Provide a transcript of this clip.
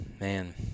man